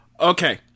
Okay